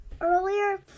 Earlier